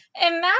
imagine